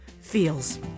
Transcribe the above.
feels